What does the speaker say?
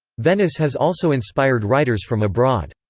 venice has also inspired writers from abroad.